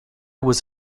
was